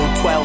12